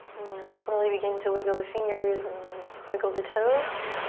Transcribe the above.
then slowly begin to wiggle the fingers and wiggle the toes.